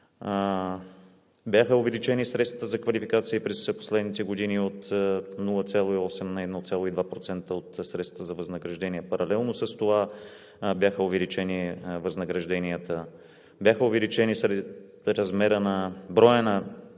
Бяха увеличени средствата за квалификация през последните години от 0,8 на 1,2% от средствата за възнаграждения. Паралелно с това бяха увеличени възнагражденията, бяха увеличени